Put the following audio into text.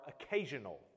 occasional